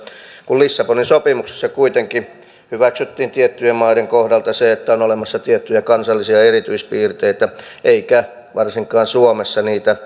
kun lissabonin sopimuksessa kuitenkin hyväksyttiin tiettyjen maiden kohdalla se että on olemassa tiettyjä kansallisia erityispiirteitä eikä varsinkaan suomessa niitä